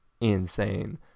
insane